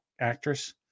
actress